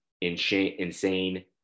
insane